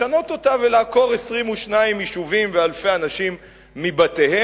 לשנות אותה ולעקור 22 יישובים ואלפי אנשים מבתיהם,